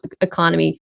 economy